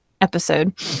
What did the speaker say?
episode